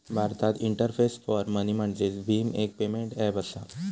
Bharat interface for money म्हणजेच भीम, एक पेमेंट ऐप असा